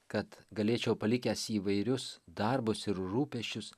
kad galėčiau palikęs įvairius darbus ir rūpesčius